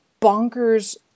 bonkers